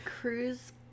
Cruise